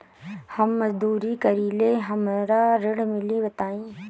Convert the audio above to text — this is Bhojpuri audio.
हम मजदूरी करीले हमरा ऋण मिली बताई?